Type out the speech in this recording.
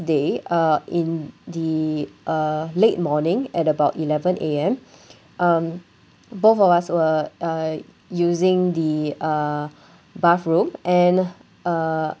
day uh in the uh late morning at about eleven A_M um both of us were uh using the uh bathroom and uh